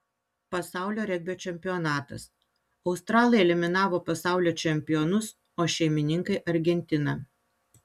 pasaulio regbio čempionatas australai eliminavo pasaulio čempionus o šeimininkai argentiną